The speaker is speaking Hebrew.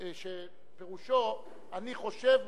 שפירושו: אני חושב,